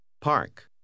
park